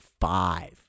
five